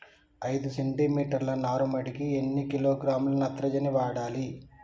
ఐదు సెంటిమీటర్ల నారుమడికి ఎన్ని కిలోగ్రాముల నత్రజని వాడాలి?